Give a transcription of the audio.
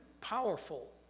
powerful